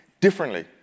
differently